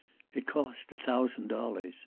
it cost a thousand dollars.